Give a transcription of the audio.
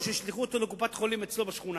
או כשישלחו אותו לקופת-חולים אצלו בשכונה.